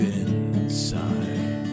inside